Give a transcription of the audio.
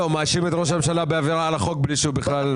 הוא מאשים את ראש הממשלה בעבירה על החוק בלי שהוא בכלל יודע.